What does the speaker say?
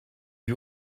wie